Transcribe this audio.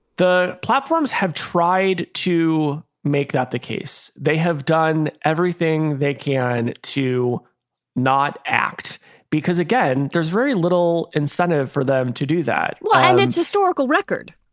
the platforms have tried to make that the case. they have done everything they can to not act because, again, there's very little incentive for them to do that. well, and it's historical record.